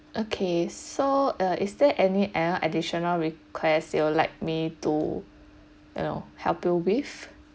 okay so uh is there any err additional request you would like me to you know help you with